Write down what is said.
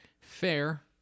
fair